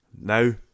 Now